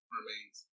remains